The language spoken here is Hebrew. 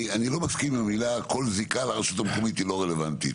אני לא מסכים עם המילה שכל זיקה לרשות המקומית היא לא רלוונטית.